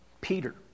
Peter